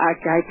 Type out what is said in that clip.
Okay